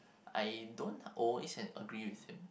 I don't always agree with him